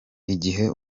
igihe